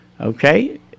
Okay